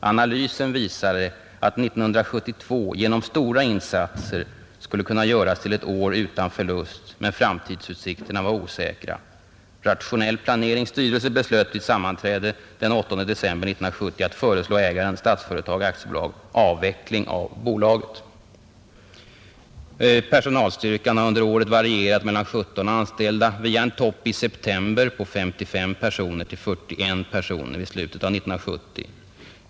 Analysen visade att 1972 genom stora insatser skulle kunna göras till ett år utan förlust, men framtidsutsikterna var osäkra. Rationell Planerings styrelse beslöt vid sammanträde den 8 december 1970 att föreslå ägaren, Statsföretag AB, avveckling av bolaget. ——— Personalstyrkan har under året varierat mellan 17 anställda via en topp i september på 55 personer till 41 personer vid slutet av 1970.